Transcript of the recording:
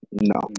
No